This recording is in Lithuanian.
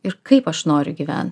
ir kaip aš noriu gyvent